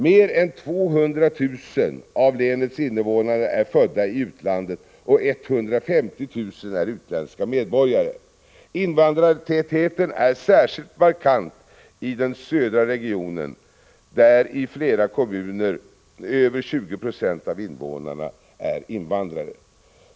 Mer än 200 000 av länets invånare är födda i utlandet, och 150 000 är utländska medborgare. Invandrartätheten är särskilt markant i den södra regionen, där i flera kommuner över 20 96 av invånarna är invandrare.